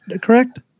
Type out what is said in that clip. correct